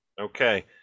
okay